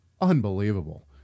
unbelievable